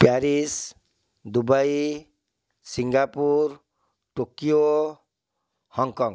Paris Dubai Singapore Tokyo Hong Kong